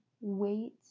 Wait